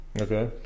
okay